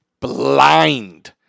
blind